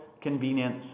convenience